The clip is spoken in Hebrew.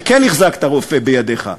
שכן החזקת רובה בידיך,